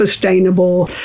sustainable